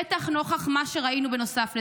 בטח נוכח מה שראינו בנוסף לזה.